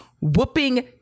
whooping